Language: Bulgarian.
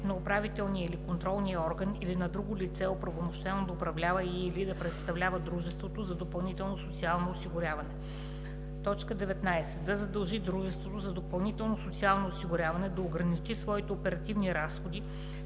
на управителния или контролния орган или на друго лице, оправомощено да управлява и/или да представлява дружеството за допълнително социално осигуряване; 19. да задължи дружеството за допълнително социално осигуряване да ограничи своите оперативни разходи,